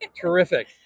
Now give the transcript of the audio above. Terrific